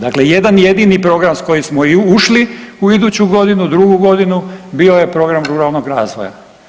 Dakle, jedan jedni program s kojim smo i ušli u iduću godinu, drugu godinu, bio je program ruralnog razvoja.